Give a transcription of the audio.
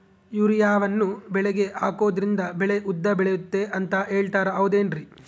ಯೂರಿಯಾವನ್ನು ಬೆಳೆಗೆ ಹಾಕೋದ್ರಿಂದ ಬೆಳೆ ಉದ್ದ ಬೆಳೆಯುತ್ತೆ ಅಂತ ಹೇಳ್ತಾರ ಹೌದೇನ್ರಿ?